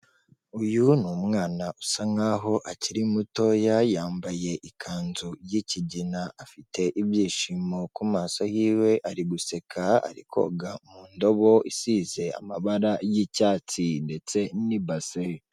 Uyu ni umwana usa nkaho akiri mutoya, yambaye ikanzu y'ikigina, afite ibyishimo ku maso yiwe, ari guseka, ari koga mu ndobo isize amabara y'icyatsi ndetse n'ibase.